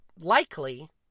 likely